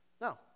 No